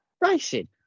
racing